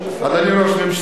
מקדימה אני יכול לקבל?